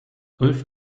ulf